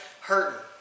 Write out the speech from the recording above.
hurting